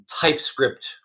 TypeScript